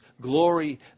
glory